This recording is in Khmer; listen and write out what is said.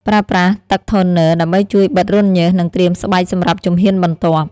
ប្រើប្រាស់ទឹកថូន័រ ដើម្បីជួយបិទរន្ធញើស និងត្រៀមស្បែកសម្រាប់ជំហានបន្ទាប់ ។